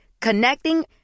connecting